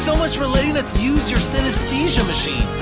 so much for letting us use your synesthesia machine